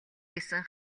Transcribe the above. гэсэн